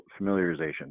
familiarization